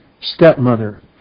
stepmother